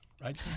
Right